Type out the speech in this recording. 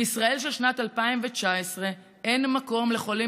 בישראל של שנת 2019 אין מקום לחולים